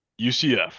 UCF